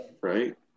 Right